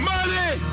Money